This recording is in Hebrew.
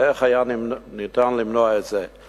איך היה אפשר למנוע את זה,